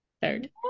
Third